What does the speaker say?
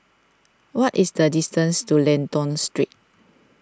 what is the distance to Lentor Street